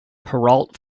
perrault